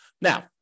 Now